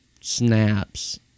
snaps